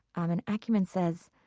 um and acumen says,